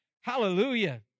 Hallelujah